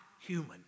human